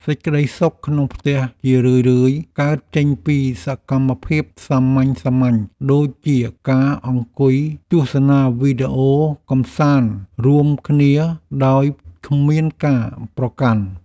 សេចក្តីសុខក្នុងផ្ទះជារឿយៗកើតចេញពីសកម្មភាពសាមញ្ញៗដូចជាការអង្គុយទស្សនាវីដេអូកម្សាន្តរួមគ្នាដោយគ្មានការប្រកាន់។